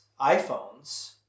iPhones